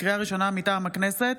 לקריאה ראשונה מטעם הכנסת,